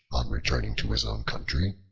on returning to his own country,